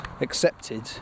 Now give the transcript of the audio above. accepted